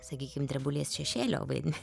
sakykim drebulės šešėlio vaidme